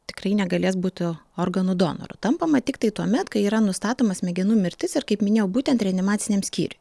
tikrai negalės būt organų donoru tampama tiktai tuomet kai yra nustatoma smegenų mirtis ir kaip minėjau būtent reanimaciniam skyriuj